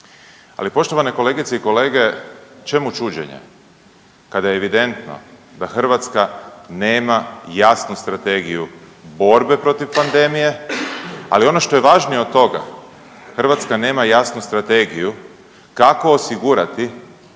Ali poštovane kolegice i kolege čemu čuđenje kada je evidentno da Hrvatska nema jasnu strategiju borbe protiv pandemije, ali ono što je važnije od toga Hrvatska nema jasnu strategiju kako osigurati